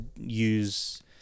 use